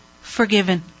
forgiven